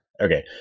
Okay